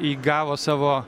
įgavo savo